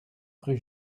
rue